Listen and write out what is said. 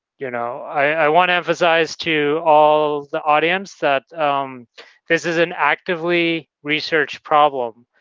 you know, i want to emphasize to all the audience that this is an actively research problem.